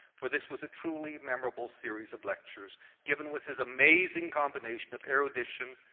for this was a truly memorable series of lectures given with his amazing combination of erudition,